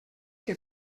que